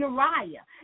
Uriah